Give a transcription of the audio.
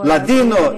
לדינו,